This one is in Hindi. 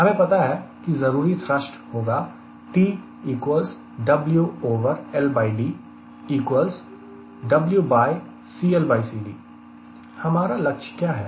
हमें पता है कि जरूरी थ्रष्ट होगा हमारा लक्ष्य क्या है